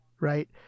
right